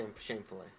Shamefully